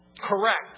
correct